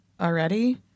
already